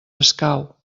escau